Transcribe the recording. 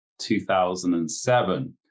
2007